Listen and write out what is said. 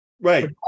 right